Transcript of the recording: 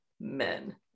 men